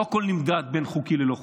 הכול נמדד בין חוקי ללא חוקי.